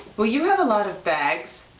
will you have a lot of bags?